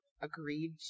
agreed